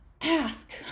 ask